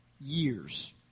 years